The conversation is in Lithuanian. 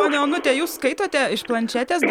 ponia onute jūs skaitote iš planšetės